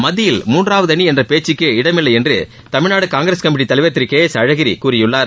மத்தியில் மூன்றாவது அணி என்ற பேச்சுக்கே இடமில்லை என்று தமிழ்நாடு காங்கிரஸ் கமிட்டி தலைவர் திரு கே எஸ் அழகிரி கூறியுள்ளார்